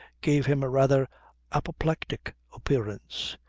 gave him a rather apoplectic appearance.